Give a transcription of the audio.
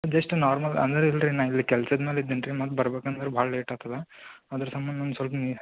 just normal ಅಂದರೆ ಇಲ್ಲರಿ ನಾವು ಇಲ್ಲಿ ಕೆಲ್ಸದ ಮೇಲೆ ಇದ್ದೀನಿ ರೀ ಮತ್ತೆ ಬರಬೇಕಂದ್ರೆ ಭಾಳ ಲೇಟ್ ಆತದೆ ಅದ್ರ ಸಂಬಂಧ ಒಂದು ಸ್ವಲ್ಪ ನೀ